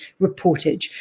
reportage